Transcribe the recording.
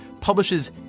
publishes